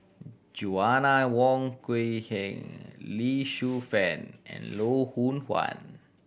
Joanna Wong Quee Heng Lee Shu Fen and Loh Hoong Kwan